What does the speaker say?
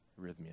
arrhythmia